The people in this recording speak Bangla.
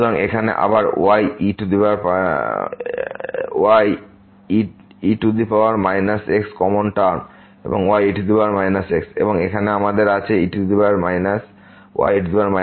সুতরাং এখানে আবার y e power minus x common term y e x এবং এখানে আমাদের আছে y e x